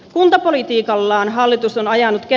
kultapolitiikallaan hallitus on ajanut ja